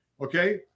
Okay